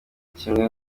kimwe